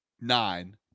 nine